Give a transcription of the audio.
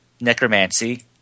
necromancy